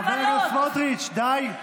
חבר הכנסת סמוטריץ', די.